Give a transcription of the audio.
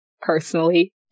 personally